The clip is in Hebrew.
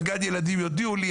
על גן ילדים יודיעו לי,